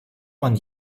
man